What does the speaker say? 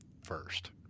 first